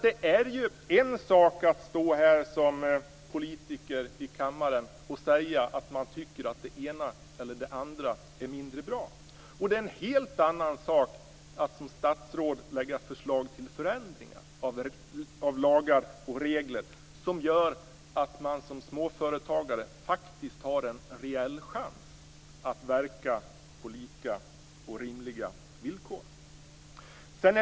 Det är ju en sak att som politiker stå i kammaren och säga att man tycker att det ena eller det andra är mindre bra. Men det är en helt annan sak att som statsråd lägga fram förslag till förändringar av lagar och regler som gör att man som småföretagare faktiskt har en reell chans att verka på lika och rimliga villkor.